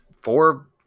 four